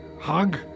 hug